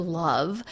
love